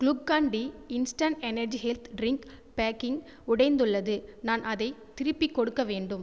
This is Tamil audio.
Glucon-D instant energy health drink packing உடைந்துள்ளது நான் அதைத் திருப்பிக் கொடுக்க வேண்டும்